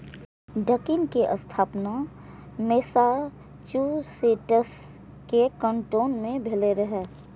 Dunkin के स्थापना Massachusetts के कैन्टोन मे भेल रहै